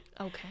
Okay